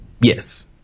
Yes